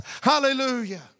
hallelujah